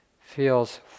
feels